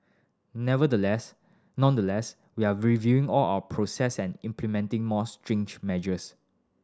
nevertheless nonetheless we are reviewing all our process and implementing more strange measures